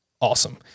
awesome